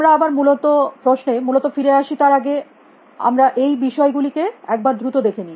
আমরা আবার মূল প্রশ্নে মূলত ফিরে আসি তার আগে আমরা এই বিষয়গুলি কে একবার দ্রুত দেখে নি